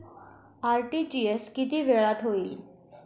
RTGS किती वेळात होईल?